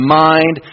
mind